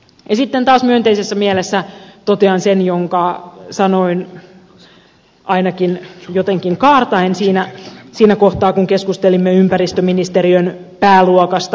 sitten taas myönteisessä mielessä totean sen minkä sanoin ainakin jotenkin kaartaen siinä kohtaa kun keskustelimme ympäristöministeriön pääluokasta